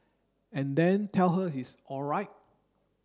and then tell her it's alright